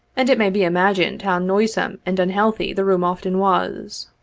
and it may be imagined how noisome and unhealthy the room often was.